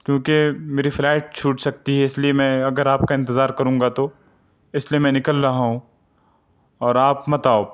کیونکہ میری فلائٹ چھوٹ سکتی ہے اس لیے میں اگر آپ کا انتظار کروں گا تو اس لیے میں نکل رہا ہوں اور آپ مت آؤ